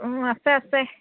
অঁ আছে আছে